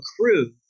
crew